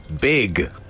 Big